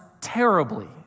terribly